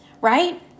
right